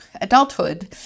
adulthood